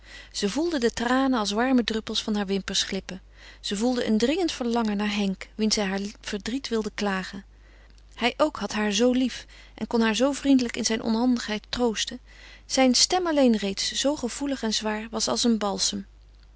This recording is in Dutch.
ze voelde de tranen als warme druppels van haar wimpers glippen zij voelde een dringend verlangen naar henk wien zij haar verdriet wilde klagen hij ook had haar zoo lief en kon haar zoo vriendelijk in zijn onhandigheid troosten zijn stem alleen reeds zoo goedig en zwaar was als een balsem